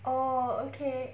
oh okay